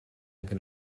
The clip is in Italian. anche